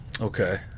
okay